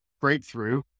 breakthrough